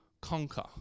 conquer